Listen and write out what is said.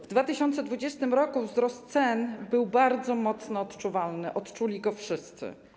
W 2020 r. wzrost cen był bardzo mocno odczuwalny, odczuli go wszyscy.